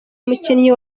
umukinnyi